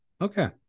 Okay